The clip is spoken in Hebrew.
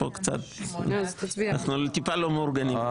אנחנו טיפה לא מאורגנים...